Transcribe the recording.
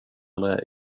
eller